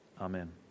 Amen